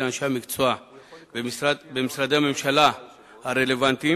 אנשי המקצוע במשרדי הממשלה הרלוונטיים,